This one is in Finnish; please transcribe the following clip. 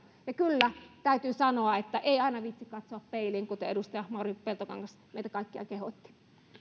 ja kyllä täytyy sanoa että ei aina viitsi katsoa peiliin kuten edustaja mauri peltokangas meitä kaikkia kehotti